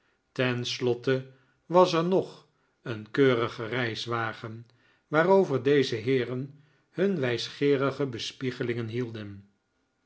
slotte was er nog een keurige reiswagen waarover deze heeren hun wijsgeerige bespiegelingen hielden